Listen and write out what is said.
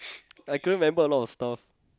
I couldn't remember a lot of stuff